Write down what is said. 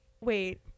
wait